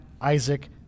Isaac